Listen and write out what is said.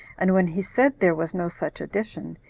and when he said there was no such addition,